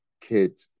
kid